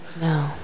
No